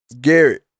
Garrett